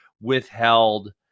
withheld